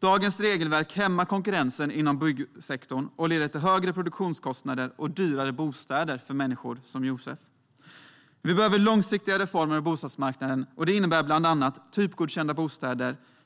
Dagens regelverk hämmar konkurrensen inom byggsektorn och leder till högre produktionskostnader och dyrare bostäder för människor som Josef. Vi behöver långsiktiga reformer av bostadsmarknaden. Det innebär bland annat typgodkända bostäder.